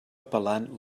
apel·lant